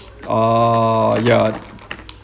ah ya